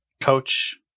Coach